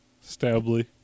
Stably